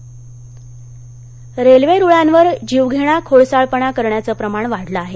railway railway रुळांवर जीवघेणा खोडसाळपणा करण्याचं प्रमाण वाढलं आहे